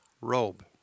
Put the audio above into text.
robe